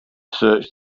searched